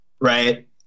right